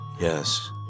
Yes